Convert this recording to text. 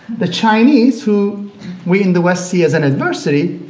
the chinese, who we in the west see as an adversary,